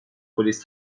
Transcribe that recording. پلیس